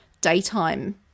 daytime